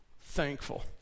Thankful